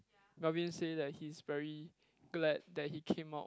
Melvin say that he's very glad that he came out